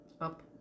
up